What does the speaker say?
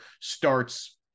starts